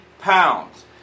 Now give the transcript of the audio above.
pounds